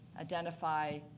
identify